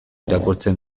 irakurtzen